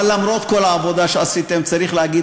אבל למרות כל העבודה שעשיתם צריך להגיד